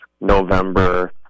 November